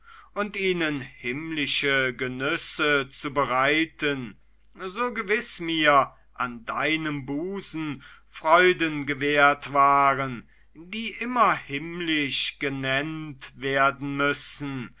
und ihnen himmlische genüsse zu bereiten so gewiß mir an deinem busen freuden gewährt waren die immer himmlisch genennt werden müssen